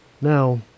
Now